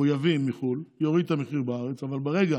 הוא יביא מחו"ל, יוריד את המחיר בארץ, אבל ברגע